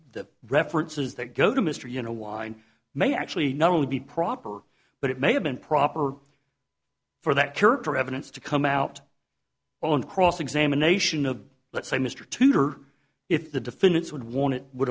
the references that go to mr you know wine may actually not only be proper but it may have been proper for that character evidence to come out on cross examination of let's say mr tudor if the defendants would want to would